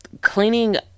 cleaning